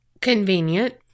Convenient